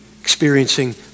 experiencing